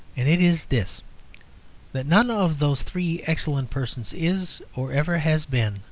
and it is this that none of those three excellent persons is, or ever has been,